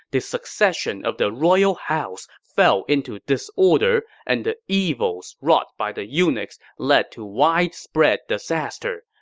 the succession of the royal house fell into disorder, and the evils wrought by the eunuchs led to widespread disaster.